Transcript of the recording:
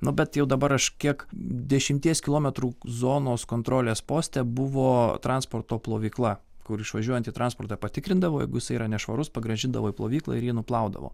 nu bet jau dabar aš kiek dešimties kilometrų zonos kontrolės poste buvo transporto plovykla kur išvažiuojantį transportą patikrindavo jiegu jisai yra nešvarus pagrąžindavo į plovyklą ir jį nuplaudavo